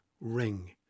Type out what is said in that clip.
ring